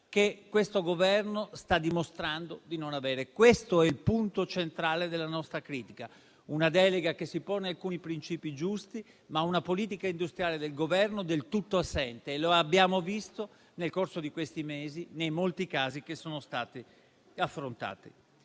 che questo Governo sta dimostrando di non avere. È il punto centrale della nostra critica: una delega che si pone alcuni princìpi giusti, ma una politica industriale del Governo del tutto assente e lo abbiamo visto nel corso di questi mesi nei molti casi che sono stati affrontati.